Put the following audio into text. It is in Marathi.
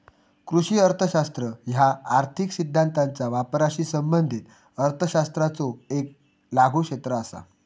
कृषी अर्थशास्त्र ह्या आर्थिक सिद्धांताचा वापराशी संबंधित अर्थशास्त्राचो येक लागू क्षेत्र असा